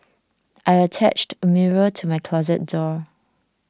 I attached a mirror to my closet door